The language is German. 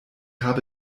habe